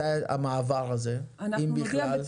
מתי המעבר הזה, אם בכלל?